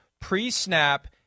pre-snap